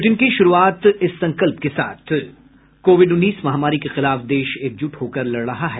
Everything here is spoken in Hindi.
बुलेटिन की शुरूआत से पहले ये संकल्प कोविड उन्नीस महामारी के खिलाफ देश एकजुट होकर लड़ रहा है